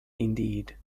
indeed